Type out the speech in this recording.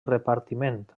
repartiment